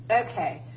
Okay